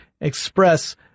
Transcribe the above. express